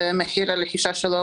ומחיר הרכישה שלו